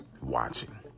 watching